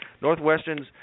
Northwestern's